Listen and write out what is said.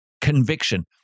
conviction